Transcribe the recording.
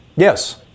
Yes